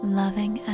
loving